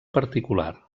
particular